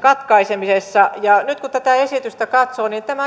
katkaisemisessa nyt kun tätä esitystä katsoo niin tämä